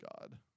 God